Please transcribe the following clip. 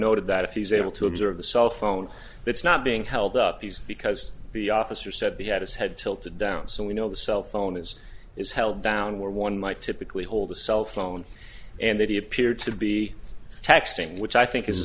noted that if he's able to observe the cell phone it's not being held up these because the officer said he had his head tilted down so we know the cell phone is is held down where one might typically hold a cell phone and that he appeared to be texting which i think is a